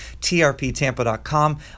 trptampa.com